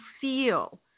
feel